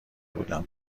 بودم